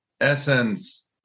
essence